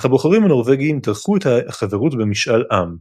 אך הבוחרים הנורווגים דחו את החברות במשאל עם.